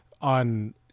on